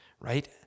Right